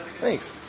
Thanks